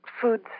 food